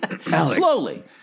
slowly